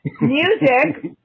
music